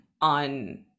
on